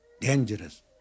dangerous